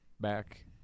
back